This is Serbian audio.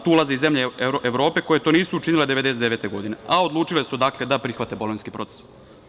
Tu ulaze i zemlje Evrope koje to nisu učinile 1999. godine, a odlučile su da prihvate Bolonjski proces.